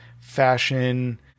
fashion